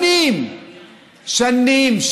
שנים,